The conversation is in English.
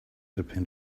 depend